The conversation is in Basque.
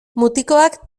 mutikoak